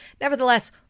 nevertheless